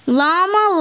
Llama